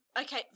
Okay